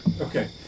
Okay